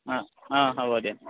অঁ অঁ হ'ব দিয়ক